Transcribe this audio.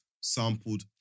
sampled